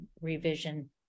revision